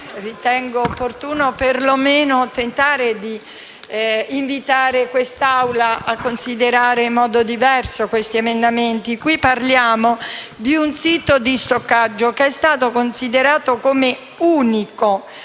ritengo opportuno perlomeno tentare di invitare quest'Assemblea a considerare in modo diverso questi emendamenti. In questo caso parliamo di un sito di stoccaggio che è stato considerato come unico